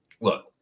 look